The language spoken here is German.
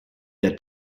der